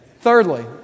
Thirdly